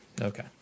Okay